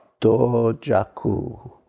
Dojaku